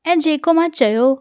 ऐं जेको मां चयो